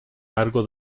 largo